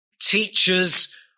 teachers